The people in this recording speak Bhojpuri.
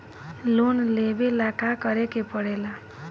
लोन लेबे ला का करे के पड़े ला?